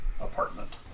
apartment